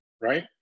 right